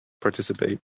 participate